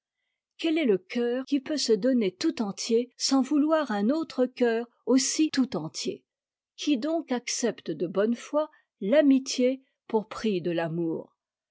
quel est le cœur qui peut se donner tout entier sans vouloir un autre cceur aussi tout entier qui donc accepte de bonne foi l'amitié pour prix de l'amour